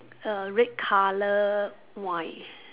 err red colour wine